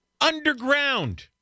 underground